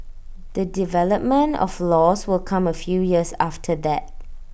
the development of laws will come A few years after that